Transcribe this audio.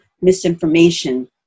misinformation